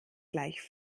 gleich